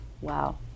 Wow